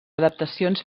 adaptacions